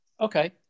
Okay